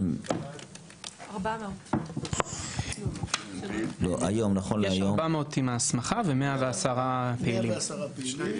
יש 400 עם ההסמכה, ו-110 פעילים.